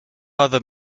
other